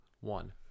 One